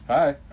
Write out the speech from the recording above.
Hi